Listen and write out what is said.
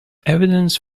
evidence